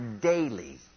daily